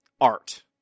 art